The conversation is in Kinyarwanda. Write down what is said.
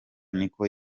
niko